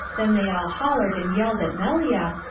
then they all hollered and yelled at melia,